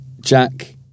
Jack